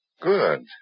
Good